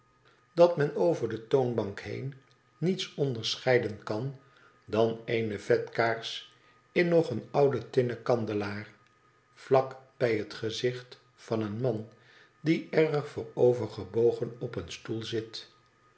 dat men over de toonbank heen niets onderscheiden kan dan eene vetkaars in nog een ouden tinnen kandelaar vlak bij het gezicht van een man die erg voorovergebogen op een stoel zit